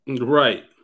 Right